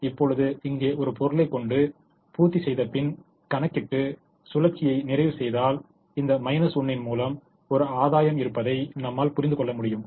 இப்பொழுது இங்கே ஒரு பொருளை கொண்டு பூர்த்தி செய்த பின் கணக்கிட்டு சுழற்சியை நிறைவு செய்தால் இந்த 1 ன் மூலம் ஒரு ஆதாயம் இருப்பதை நம்மால் புரிந்துகொள்ள முடியும்